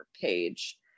page